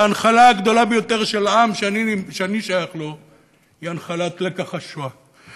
כי ההנחלה הגדולה ביותר של העם שאני שייך לו היא הנחלת לקח השואה.